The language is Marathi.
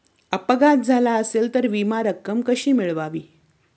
अपघात झाला असेल तर विमा रक्कम कशी मिळवावी?